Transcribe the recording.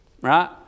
Right